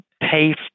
pay